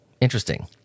interesting